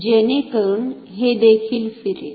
जेणेकरून हे देखील फिरेल